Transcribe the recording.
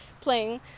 playing